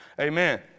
amen